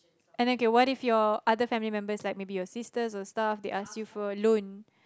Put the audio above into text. and then okay what if your other family member like maybe your sisters or stuff they ask you for loan